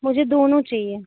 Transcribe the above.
मुझे दोनों चाहिए